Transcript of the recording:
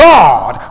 God